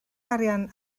arian